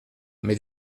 mais